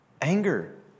anger